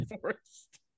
Forest